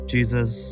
Jesus